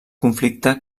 conflicte